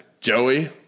Joey